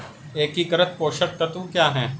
एकीकृत पोषक तत्व क्या है?